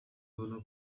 abona